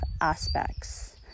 aspects